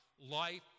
Life